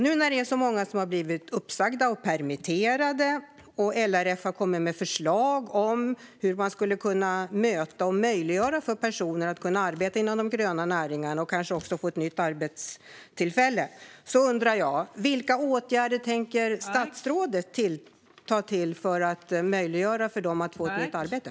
Nu när det är många som har blivit uppsagda och permitterade och LRF har kommit med förslag om hur man skulle kunna möjliggöra för personer att arbeta inom de gröna näringarna undrar jag: Vilka åtgärder tänker statsrådet ta till för att möjliggöra för dessa personer att få ett nytt arbete?